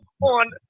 on